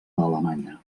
alemanya